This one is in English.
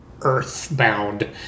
earthbound